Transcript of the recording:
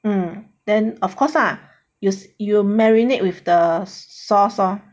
mm then of course ah you you marinate with the sauce lor